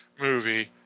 movie